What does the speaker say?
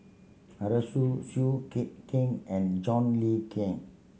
Arasu Seow Yit Kin and John Le Cain